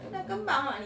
mm mm